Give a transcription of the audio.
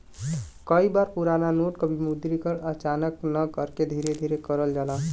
कई बार पुराना नोट क विमुद्रीकरण अचानक न करके धीरे धीरे करल जाला